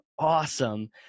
awesome